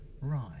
right